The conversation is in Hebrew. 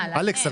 אלכס,